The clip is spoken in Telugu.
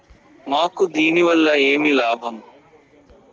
మాకు దీనివల్ల ఏమి లాభం